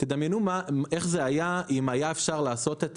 תדמיינו איך זה היה אם היה אפשר לעשות את